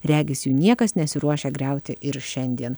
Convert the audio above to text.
regis jų niekas nesiruošia griauti ir šiandien